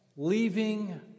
leaving